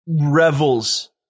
revels